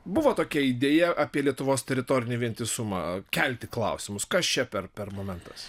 buvo tokia idėja apie lietuvos teritorinį vientisumą kelti klausimus kas čia per per momentas